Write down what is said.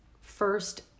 first